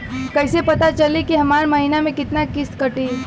कईसे पता चली की हमार महीना में कितना किस्त कटी?